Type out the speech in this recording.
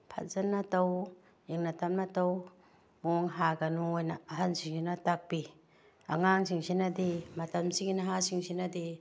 ꯐꯖꯅ ꯇꯧ ꯏꯪꯅ ꯇꯞꯅ ꯇꯧ ꯃꯣꯡ ꯍꯥꯒꯅꯣ ꯍꯥꯏꯅ ꯑꯍꯜꯁꯤꯡꯁꯤꯅ ꯇꯥꯛꯄꯤ ꯑꯉꯥꯡꯁꯤꯡꯁꯤꯅꯗꯤ ꯃꯇꯝꯁꯤꯒꯤ ꯅꯍꯥꯁꯤꯡꯁꯤꯅꯗꯤ